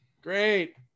great